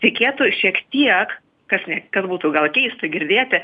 reikėtų šiek tiek kas ne kas būtų gal keista girdėti